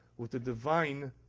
with the divine